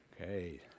Okay